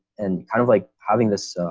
and kind of like having this